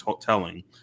telling